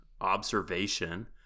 observation